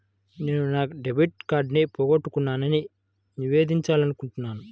నేను నా డెబిట్ కార్డ్ని పోగొట్టుకున్నాని నివేదించాలనుకుంటున్నాను